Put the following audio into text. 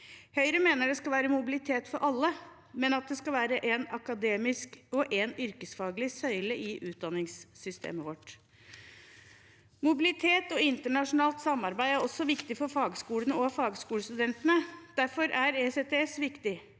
Høyre mener det skal være mobilitet for alle, men at det skal være én akademisk og én yrkesfaglig søyle i utdanningssystemet vårt. Mobilitet og internasjonalt samarbeid er også viktig for fagskolene og fagskolestudentene. Derfor er ECTS viktig.